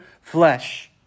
flesh